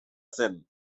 zen